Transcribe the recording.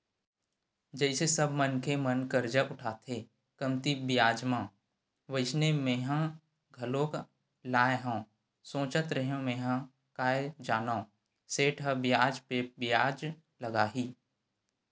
जइसे सब मनखे मन करजा उठाथे कमती बियाज म वइसने मेंहा घलोक लाय हव सोचत रेहेव मेंहा काय जानव सेठ ह बियाज पे बियाज लगाही